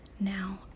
Now